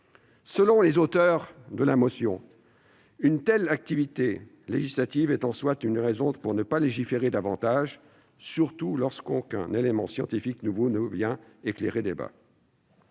Selon les auteurs de la motion, une telle activité législative est en soi une raison pour ne pas légiférer davantage, surtout lorsqu'aucun élément scientifique nouveau ne vient éclairer le débat.